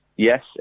Yes